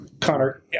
Connor